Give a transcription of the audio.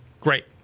great